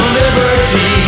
liberty